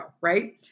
right